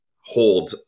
hold